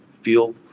feel